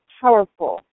powerful